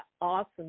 awesome